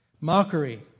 Mockery